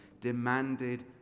demanded